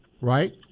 right